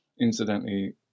Incidentally